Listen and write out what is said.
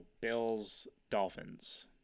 Bills-Dolphins